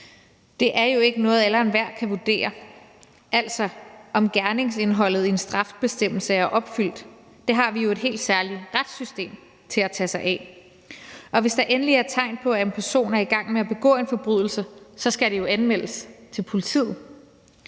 Det er jo ikke noget, alle og enhver kan vurdere, altså om gerningsindholdet i en straffebestemmelse er opfyldt. Det har vi jo et helt særligt retssystem til at tage sig af. Og hvis der endelig er tegn på, at en person er i gang med at begå en forbrydelse, skal det jo anmeldes til politiet.